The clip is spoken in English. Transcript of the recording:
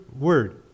word